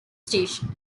station